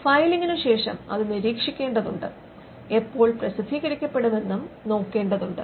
ഫയലിംഗിന് ശേഷം അത് നിരീക്ഷിക്കേണ്ടതുണ്ട് എപ്പോൾ പ്രസിദ്ധീകരിക്കപ്പെടും എന്നും നോക്കേണ്ടതുണ്ട്